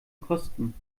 kosten